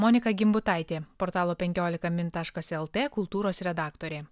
monika gimbutaitė portalo penkiolika min taškas lt kultūros redaktorė